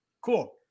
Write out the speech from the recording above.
Cool